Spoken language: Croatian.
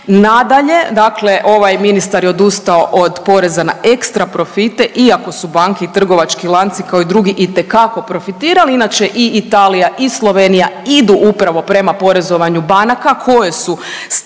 dakle ovaj ministar je odustao od poreza na ekstra profite iako su banke i trgovački lanci kao i drugi itekako profitirali. Inače i Italija i Slovenija idu upravo prema porezovanju banaka koje su stekle